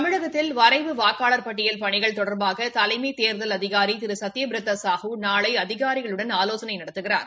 தமிழகத்தில் வரைவு வாக்காளர் பட்டியல் பணிகள் தொடர்பாக தலைமை தேர்தல் அதிகாரி திரு சத்ய பிரதா சாஹூ நாளை அதிகாரிகளுடன் ஆலோசனை நடத்துகிறார்